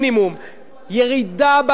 ירידה באבטלה,